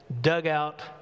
dugout